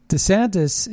DeSantis